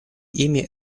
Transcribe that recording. ими